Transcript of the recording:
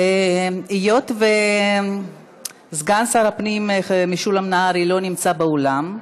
היות שסגן שר הפנים משולם נהרי לא נמצא באולם,